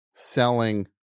Selling